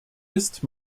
ist